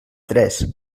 tres